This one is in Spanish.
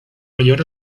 mayor